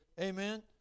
Amen